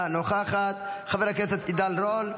אינה נוכחת, חבר הכנסת עידן רול,